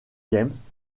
games